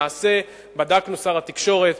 למעשה, בדקנו, שר התקשורת,